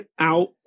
out